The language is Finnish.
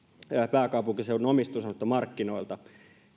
pääkaupunkiseudun omistusasuntomarkkinoilta